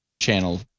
Channel